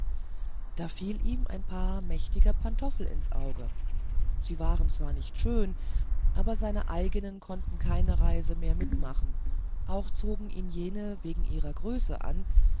da fielen ihm ein paar mächtig große pantoffel ins auge sie waren zwar nicht schön aber seine eigenen konnten keine reise mehr mitmachen auch zogen ihn jene wegen ihrer größe an